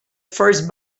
first